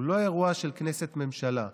הוא לא אירוע של כנסת ממשלה,